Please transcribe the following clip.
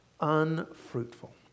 unfruitful